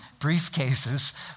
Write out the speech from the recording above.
briefcases